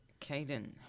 Caden